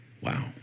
Wow